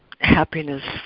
happiness